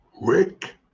rick